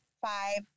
five